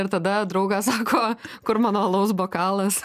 ir tada draugas sako kur mano alaus bokalas